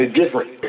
different